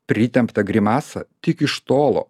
pritemptą grimasą tik iš tolo